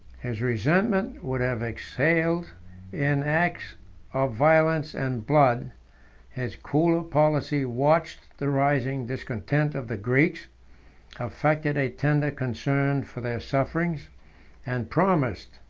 his resentment would have exhaled in acts of violence and blood his cooler policy watched the rising discontent of the greeks affected a tender concern for their sufferings and promised,